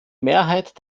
mehrheit